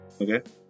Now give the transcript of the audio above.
Okay